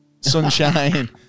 sunshine